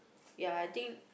ya I think